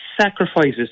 sacrifices